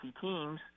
teams